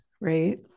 right